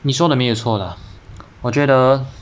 你说的没错 lah 我觉得